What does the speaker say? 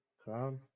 Cloud